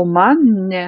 o man ne